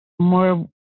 more